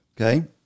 okay